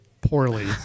poorly